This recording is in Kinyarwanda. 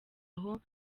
aho